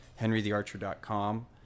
henrythearcher.com